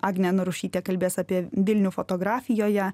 agnė narušytė kalbės apie vilnių fotografijoje